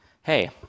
hey